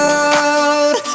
out